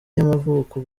yamavuko